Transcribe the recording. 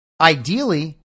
ideally